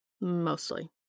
Mostly